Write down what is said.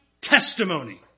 testimony